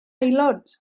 aelod